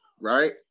Right